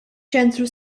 ċentru